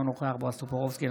אינו נוכח בועז טופורובסקי,